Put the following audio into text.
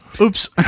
Oops